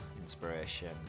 inspiration